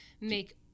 make